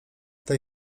tej